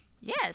yes